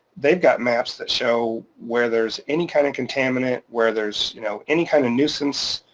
they've got maps that show where there's any kind of contaminant, where there's you know any kind of nuisance